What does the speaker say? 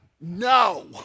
No